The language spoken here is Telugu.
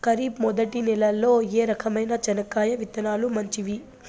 ఖరీఫ్ మొదటి నెల లో ఏ రకమైన చెనక్కాయ విత్తనాలు మంచివి